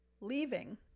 leaving